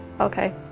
Okay